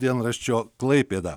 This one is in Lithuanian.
dienraščio klaipėda